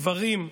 גברים,